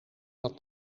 dat